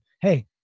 Hey